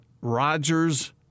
Rodgers